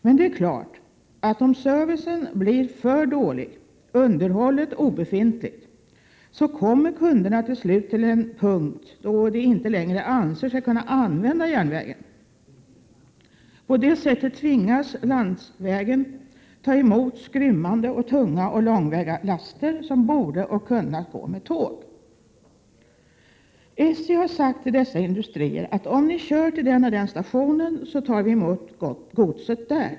Men det är klart att om servicen blir för dålig och underhållet obefintligt kommer kunderna till slut till en punkt då de inte längre anser sig kunna använda järnvägen. På det sättet tvingas landsvägarna att ta emot skrymmande, tunga långväga laster som borde ha gått på järnväg med tåg. SJ har sagt till dessa industrikunder att om ni kör till den eller den stationen så tar SJ emot godset där.